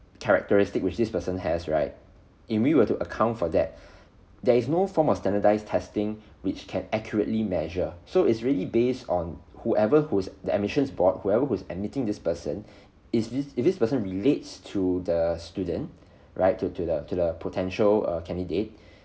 characteristic which this person has right if we were to account for that there is no form of standardized testing which can accurately measure so is really based on whoever who's the admissions board whoever who's admitting this person is this if this person relates to the student right to to the to the potential err candidate